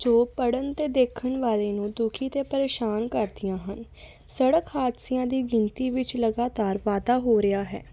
ਜੋ ਪੜ੍ਹਨ ਅਤੇ ਦੇਖਣ ਵਾਲੇ ਨੂੰ ਦੁਖੀ ਅਤੇ ਪਰੇਸ਼ਾਨ ਕਰਦੀਆਂ ਹਨ ਸੜਕ ਹਾਦਸਿਆਂ ਦੀ ਗਿਣਤੀ ਵਿੱਚ ਲਗਾਤਾਰ ਵਾਧਾ ਹੋ ਰਿਹਾ ਹੈ